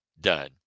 done